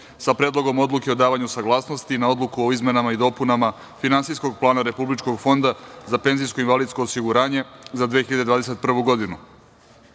sa Predlogom odluke o davanju saglasnosti na Odluku o izmenama i dopunama Finansijskog plana Republičkog fonda za penzijsko i invalidsko osiguranje za 2021. godinu,